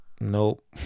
Nope